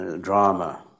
drama